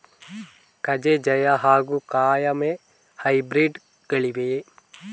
ಕಜೆ ಜಯ ಹಾಗೂ ಕಾಯಮೆ ಹೈಬ್ರಿಡ್ ಗಳಿವೆಯೇ?